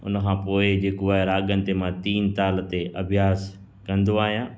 हुनखां पोइ जेको आहे राॻनि ते मां तीन ताल ते अभ्यास कंदो आहियां